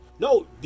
no